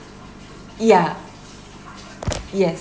yeah yes